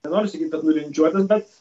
nenoriu sakyti kad nulinčiuotas bet